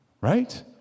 right